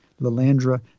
Lalandra